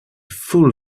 full